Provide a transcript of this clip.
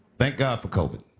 thank god for covid.